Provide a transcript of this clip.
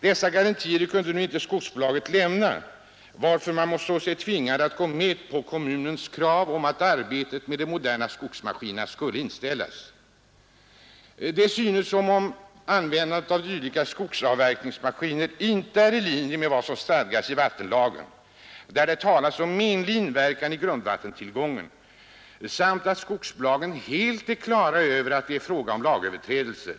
Dessa garantier kunde nu inte skogsbolaget lämna, varför man såg sig tvingad att gå med på kommunens krav om att arbetet med den moderna skogsmaskinen skulle inställas. Det synes som om användandet av dylika skogsavverkningsmaskiner inte är i linje med vad som stadgas i vattenlagen, där det talas om menlig inverkan på grundvattentillgång, och skogsbolagen torde vara helt klara över att det är fråga om lagöverträdelser.